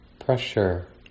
pressure